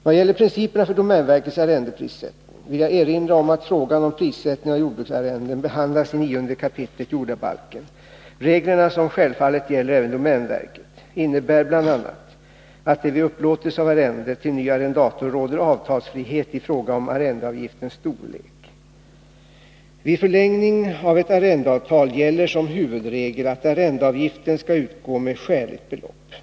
Vad gäller principerna för domänverkets arrendeprissättning vill jag erinra om att frågan om prissättning av jordbruksarrenden behandlas i 9 kap. jordabalken. Reglerna, som självfallet gäller även domänverket, innebär bl.a. att det vid upplåtelse av arrende till ny arrendator råder avtalsfrihet i fråga om arrendeavgiftens storlek. Vid förlängning av ett arrendeavtal gäller som huvudregel att arrendeavgiften skall utgå med skäligt belopp.